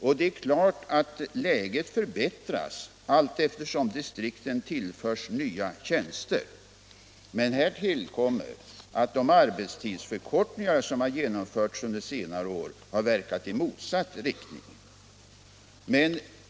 Läget förbättras naturligtvis allteftersom distrikten tillförs nya tjänster, men här tillkommer att de arbetstidsförkortningar som har genomförts under senare år har verkat i motsatt riktning.